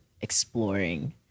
exploring